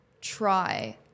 try